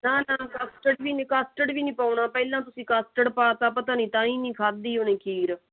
ਨਾ ਨਾ ਕਸਟਡ ਵੀ ਨਹੀਂ ਕਸਟਡ ਵੀ ਨਹੀਂ ਪਾਉਣਾ ਪਹਿਲਾਂ ਤੁਸੀਂ ਕਸਟਡ ਪਾਤਾ ਪਤਾ ਨਹੀਂ ਤਾਂ ਹੀ ਨਹੀਂ ਖਾਦੀ ਹੋਣੀ ਖੀਰ